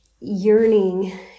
yearning